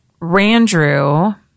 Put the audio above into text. Randrew